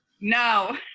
No